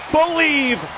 believe